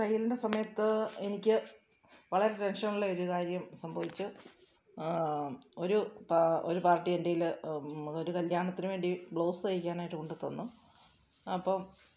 തയ്യലിൻ്റെ സമയത്ത് എനിക്ക് വളരെ ടെൻഷനിലായിരുന്നു കാര്യം സംഭവിച്ചു ഒരു പാ ഒരു പാർട്ടി എൻ്റെ കയ്യിൽ ഒരു കല്യാണത്തിനു വേണ്ടി ബ്ലൗസ് തയ്ക്കാനായിട്ട് കൊണ്ടു തന്നു അപ്പോൾ